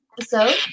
episode